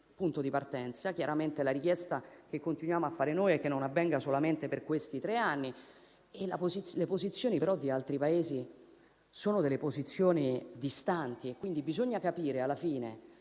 punto di partenza; chiaramente la richiesta che continuiamo a fare noi è che ciò non avvenga solamente per questi tre anni. Le posizioni però di altri Paesi sono distanti e, quindi, bisogna capire alla fine